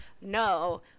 No